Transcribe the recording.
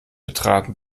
betraten